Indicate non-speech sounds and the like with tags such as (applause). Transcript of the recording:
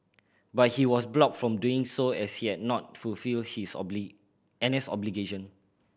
but he was blocked from doing so as he had not fulfilled his (unintelligible) N S obligation